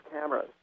cameras